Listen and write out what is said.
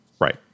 Right